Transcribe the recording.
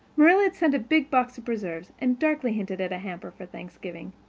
marilla had sent a big box of preserves, and darkly hinted at a hamper for thanksgiving,